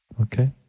Okay